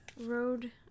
Road